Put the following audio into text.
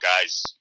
guys